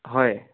হয়